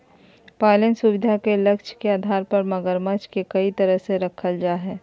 पालन सुविधा के लक्ष्य के आधार पर मगरमच्छ के कई तरह से रखल जा हइ